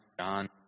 John